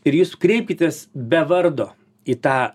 ir jūs kreipkitės be vardo į tą